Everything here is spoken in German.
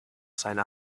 seiner